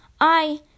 I